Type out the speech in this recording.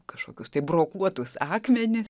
kažkokius tai brokuotus akmenis